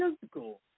physical